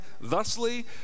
thusly